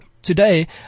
Today